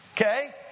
Okay